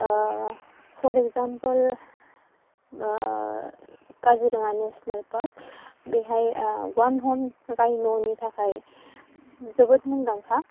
four example Kaziranga national park बेहाय one horn राइन'नि थाखाय जोबोद मुंदांखा